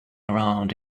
around